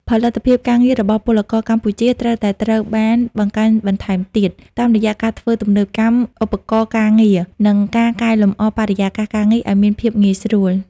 ផលិតភាពការងាររបស់ពលករកម្ពុជាត្រូវតែត្រូវបានបង្កើនបន្ថែមទៀត តាមរយៈការធ្វើទំនើបកម្មឧបករណ៍ការងារ និងការកែលម្អបរិយាកាសការងារឱ្យមានភាពងាយស្រួល។